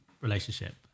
relationship